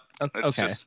okay